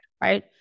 right